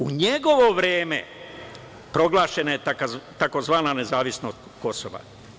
U njegovo vreme proglašena je tzv. nezavisnost Kosova.